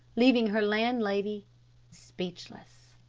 leaving her landlady speechless.